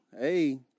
Hey